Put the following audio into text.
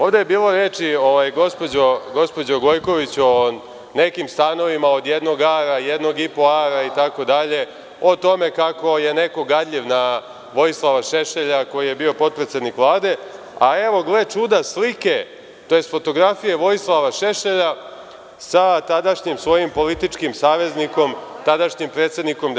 Ovde je bilo reči, gospođa Gojković, o nekim stanovima od jednog ara, jednog i po ara itd, o tome kako je neko gadljiv na Vojislava Šešelja, koji je bio potpredsednik Vlade, a evo, gle čuda, fotografije Vojislava Šešelja sa tadašnjim svojim političkim saveznikom, tadašnjim predsednikom DS-a.